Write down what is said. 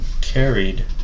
carried